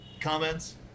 comments